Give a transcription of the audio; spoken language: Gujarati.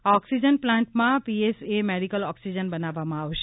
આ ઓક્સિજન પ્લાન્ટમાં પીએસએ મેડિકલ ઓક્સિજન બનાવવામાં આવશે